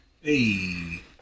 Hey